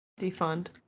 defund